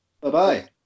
Bye-bye